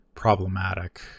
problematic